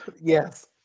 Yes